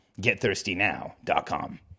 GetThirstyNow.com